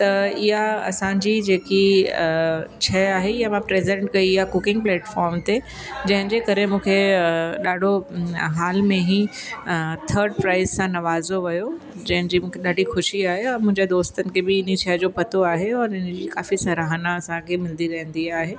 त इहा असांजी जेकी शइ आहे इहा मां प्रजेंट कई आहे कुकिंग प्लेटफॉम ते जंहिंजे करे मूंखे ॾाढो हाल में ही थर्ड प्राइज़ सां नवाज़ो वियो जंहिंजी मूंखे ॾाढी ख़ुशी आहे औरि मुंहिंजे दोस्तनि खे बि मुंहिंजी इन शइ जो पतो आहे और इन जी काफ़ी सरहाना असांखे मिलंदी रहंदी आहे